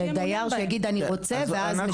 לדייר שיגיד אני רוצה ואז משפצים.